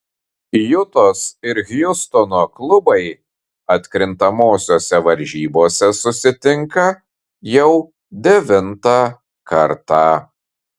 jutos ir hjustono klubai atkrintamosiose varžybose susitinka jau devintą kartą